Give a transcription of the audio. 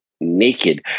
naked